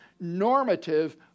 normative